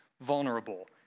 vulnerable